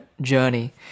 journey